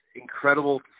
incredible